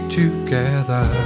together